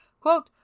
quote